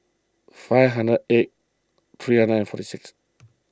five hundred eight three hundred and forty six